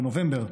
בנובמבר,